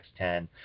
X10